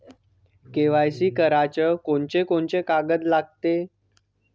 KYC कराच कोनचे कोनचे कागद लागते?